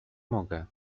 mogę